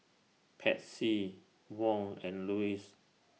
Patsy Wong and Lewis